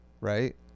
right